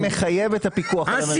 מחייב את הפיקוח על הממשלה.